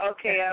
Okay